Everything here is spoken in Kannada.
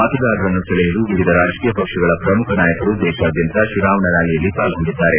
ಮತದಾರರನ್ನು ಸೆಳೆಯಲು ವಿವಿಧ ರಾಜಕೀಯ ಪಕ್ಷಗಳ ಪ್ರಮುಖ ನಾಯಕರು ದೇಶಾದ್ಯಂತ ಚುನಾವಣಾ ರ್ಕಾಲಿಯಲ್ಲಿ ಪಾಲ್ಗೊಂಡಿದ್ದಾರೆ